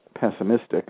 pessimistic